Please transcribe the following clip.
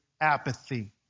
apathy